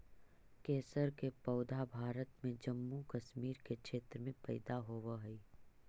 केसर के पौधा भारत में जम्मू कश्मीर के क्षेत्र में पैदा होवऽ हई